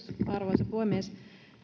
arvoisa puhemies